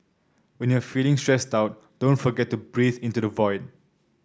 when you are feeling stressed out don't forget to breathe into the void